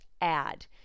add